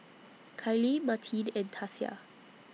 Kylie Martine and Tasia